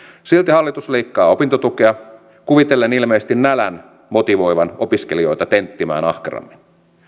silti hallitus leikkaa opintotukea kuvitellen ilmeisesti nälän motivoivan opiskelijoita tenttimään ahkerammin